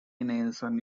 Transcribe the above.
nielsen